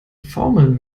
formeln